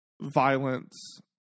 violence